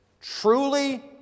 truly